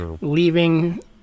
leaving